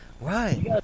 Right